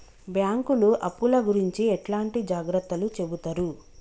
బ్యాంకులు అప్పుల గురించి ఎట్లాంటి జాగ్రత్తలు చెబుతరు?